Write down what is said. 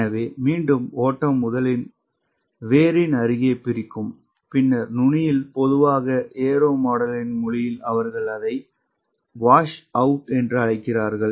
எனவே மீண்டும் ஓட்டம் முதலில் வேரின் அருகே பிரிக்கும் பின்னர் நுனியில் பொதுவாக ஏரோ மாடலரின் மொழியில் அவர்கள் அதை வாஷ் அவுட் என்று அழைக்கிறார்கள்